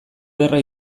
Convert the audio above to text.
ederra